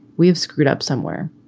we've screwed up somewhere.